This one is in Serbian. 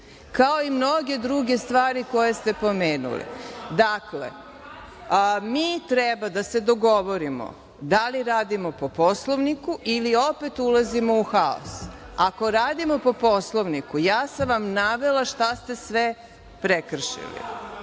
Milivojević dobacuje sa mesta.)Dakle, mi treba da se dogovorimo da li radimo po Poslovniku ili opet ulazimo u haos. Ako radimo po Poslovniku ja sam vam navela šta ste sve prekršili.